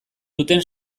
duten